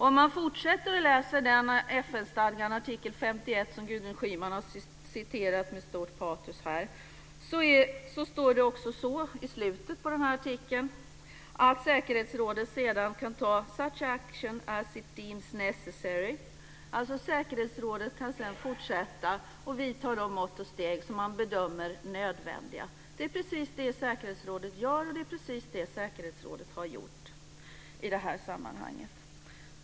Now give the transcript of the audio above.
Om man fortsätter att läsa artikel 51 i FN-stadgan som Gudrun Schyman har citerat med stort patos här ser man att det i slutet på artikeln också står att säkerhetsrådet sedan kan ta such action as it deems necessary. Säkerhetsrådet kan alltså sedan fortsätta att vidta de mått och steg som man bedömer nödvändiga. Det är precis det säkerhetsrådet gör, och det är precis det säkerhetsrådet har gjort i detta sammanhang.